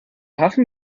hafen